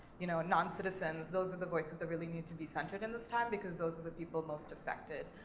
you know, non-citizens, those are the voices that really need to be centered in this time, because those are the people most affected,